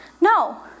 No